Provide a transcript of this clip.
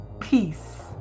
peace